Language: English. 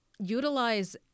utilize